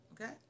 Okay